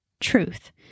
truth